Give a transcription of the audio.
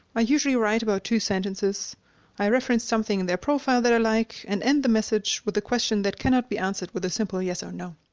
i usually write about two sentences i reference something in their profile that i like, and end the message with a question that cannot be answered with a simple yes or no.